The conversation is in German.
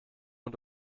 und